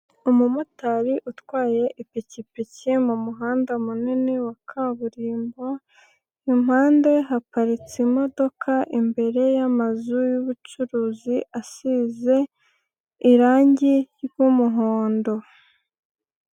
Umumotari utwaye ipikipiki mumuhanda munini wa kaburimbo, impande haparitse imodoka imbere y'amazu y'ubucuruzi asize, irangi ry'umuhondo.